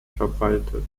verbreitet